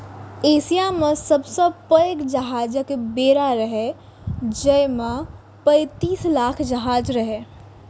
Asia मे सबसं पैघ जहाजक बेड़ा रहै, जाहि मे पैंतीस लाख जहाज रहै